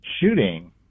shooting